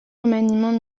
remaniements